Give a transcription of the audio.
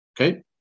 Okay